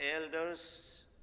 elders